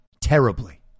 terribly